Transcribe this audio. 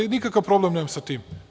Nikakav problem nemam sa tim.